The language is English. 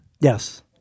Yes